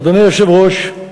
אדוני היושב-ראש,